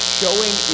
showing